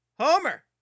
Homer